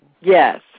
Yes